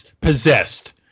Possessed